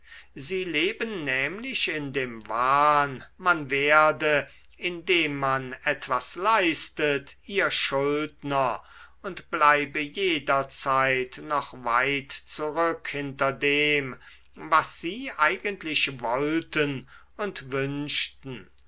sie leben nämlich in dem wahn man werde indem man etwas leistet ihr schuldner und bleibe jederzeit noch weit zurück hinter dem was sie eigentlich wollten und wünschten